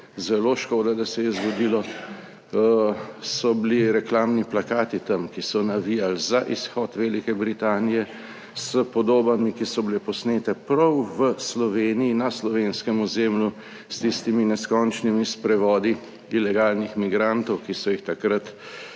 zelo škoda, da se je zgodilo, so bili reklamni plakati tam, ki so navijali za izhod Velike Britanije, s podobami, ki so bile posnete prav v Sloveniji, na slovenskem ozemlju, s tistimi neskončnimi sprevodi ilegalnih migrantov, ki so jih takrat,